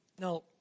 Now